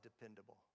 dependable